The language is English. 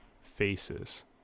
faces